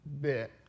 bit